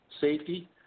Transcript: safety